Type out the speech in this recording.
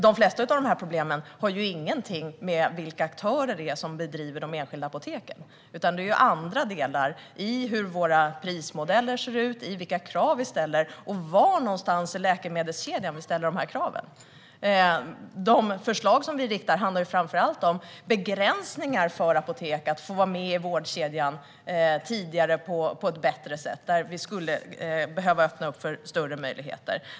De flesta av problemen har dock inget att göra med vilka aktörer som driver de enskilda apoteken utan gäller andra delar - hur våra prismodeller ser ut, vilka krav vi ställer och var någonstans i läkemedelskedjan vi ställer dessa krav. De förslag vi för fram handlar framför allt om begränsningarna för apotek när det gäller att få vara med i vårdkedjan tidigare på ett bättre sätt. Där skulle vi behöva öppna större möjligheter.